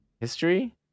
history